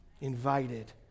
Invited